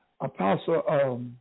Apostle